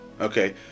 Okay